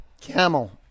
Camel